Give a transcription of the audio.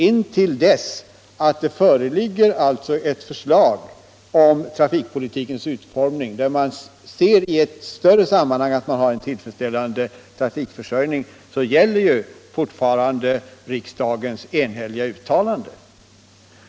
Intill dess att det föreligger ett förslag om trafikpolitikens utformning, där man i ett större sammanhang kan se till att det finns en tillfredsställande trafikförsörjning, gäller ju fortfarande detta riksdagens enhälliga uttalande.